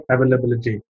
availability